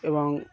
এবং